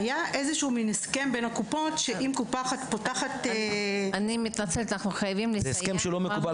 היה הסכם בין הקופות שאם קופה אחת פותחת --- זה הסכם שלא מקובל